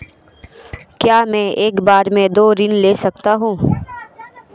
क्या मैं एक बार में दो ऋण ले सकता हूँ?